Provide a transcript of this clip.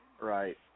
right